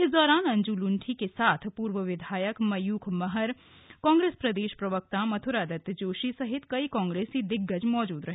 इस दौरान अंजू लुंठी के साथ पूर्व विधायक मयूख महर कांग्रेस प्रदेश प्रवक्ता मथुरा दत्त जोशी सहित कई कांग्रेसी दिग्गज मौजूद रहे